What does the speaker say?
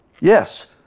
Yes